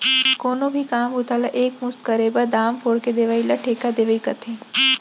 कोनो भी काम बूता ला एक मुस्त करे बर, दाम फोर के देवइ ल ठेका देवई कथें